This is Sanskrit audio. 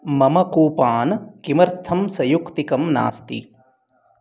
मम कूपः किमर्थं सयुक्तिकः नास्ति